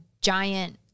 giant